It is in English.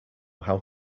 how